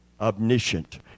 Omniscient